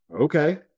Okay